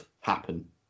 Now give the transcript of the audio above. happen